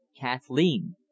kathleen